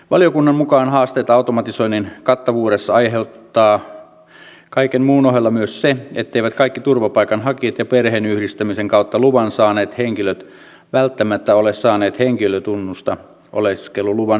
valiokunnan mukaan haasteita automatisoinnin kattavuudessa aiheuttaa kaiken muun ohella myös se etteivät kaikki turvapaikanhakijat ja perheenyhdistämisen kautta luvan saaneet henkilöt välttämättä ole saaneet henkilötunnusta oleskeluluvan myöntämisen yhteydessä